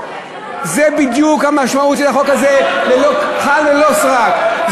זו בדיוק המשמעות של החוק הזה, ללא כחל וללא שרק.